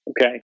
okay